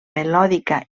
melòdica